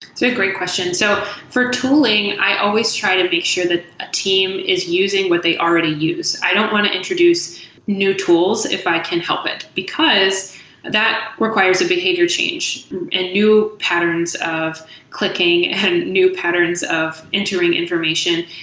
a great question. so, for tooling, i always try to make sure that a team is using what they already use. i don't want to introduce new tools if i can help it, because that requires a behavior change and new patterns of clicking and new patterns of entering information.